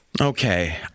Okay